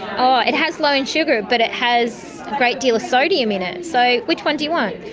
oh it has low in sugar but it has a great deal of sodium in it. so which one do you want?